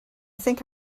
think